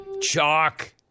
Chalk